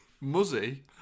Muzzy